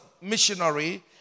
missionary